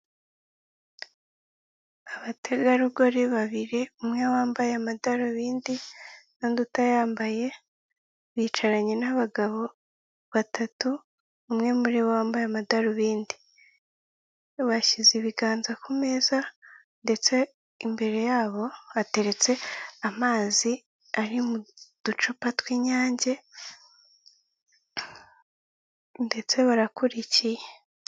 Abategarugori babiri umwe wambaye amadarubindi n'undi utayambaye, bicaranye n'abagabo batatu umwe muri bo wambaye amadarubindi. Bashyize ibiganza ku meza ndetse imbere yabo hateretse amazi ari mu ducupa tw'inyange ndetse barakurikiye.